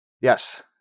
Yes